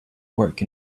work